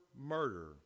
murder